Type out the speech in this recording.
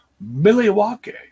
Milwaukee